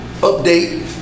update